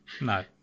No